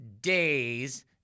days